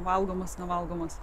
valgomas nevalgomas